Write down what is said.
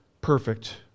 perfect